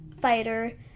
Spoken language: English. fighter